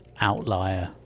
outlier